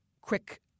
Quick